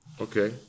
Okay